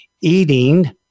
eating